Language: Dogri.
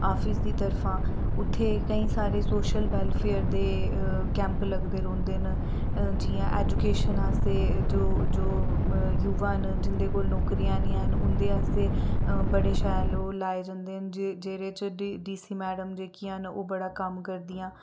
आफिस दी तरफा उत्थें केईं सारे सोशल वेलफेयर दे कैंप लगदे रौंह्दे न जियां ऐजूकेशन आस्तै जो जो युवा न जिंदे कोल नौकरियां नी हैन उं'दे आस्तै बड़े शैल ओह् लाए जंदे न जेह्दे च डी डी सी मैडम जेह्कियां न ओह् बड़ा कम्म करदियां